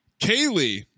Kaylee